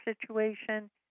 situation